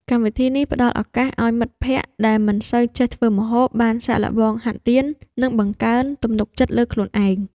កម្មវិធីនេះផ្ដល់ឱកាសឱ្យមិត្តភក្តិដែលមិនសូវចេះធ្វើម្ហូប បានសាកល្បងហាត់រៀន និងបង្កើនទំនុកចិត្តលើខ្លួនឯង។